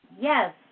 yes